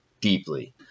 deeply